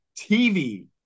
TV